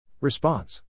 Response